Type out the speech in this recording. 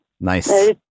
Nice